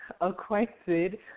acquainted